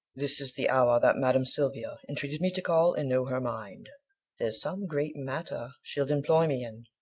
this is the hour that madam silvia entreated me to call and know her mind there's some great matter she'd employ me in.